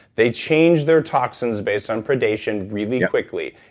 they change their toxins based on predation really quickly.